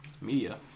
Media